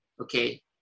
okay